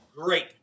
great